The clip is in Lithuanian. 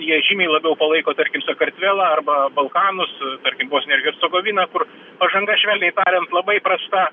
jie žymiai labiau palaiko tarkim sakartvelą arba balkanus tarkim bosniją ir hercegoviną kur pažanga švelniai tariant labai prasta